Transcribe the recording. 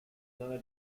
nahe